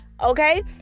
Okay